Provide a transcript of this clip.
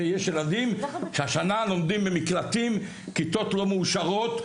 ויש ילדים שהשנה הלומדים במקלטים כיתות לא מאושרות,